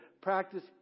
practice